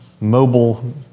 mobile